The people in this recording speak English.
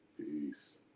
Peace